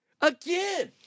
Again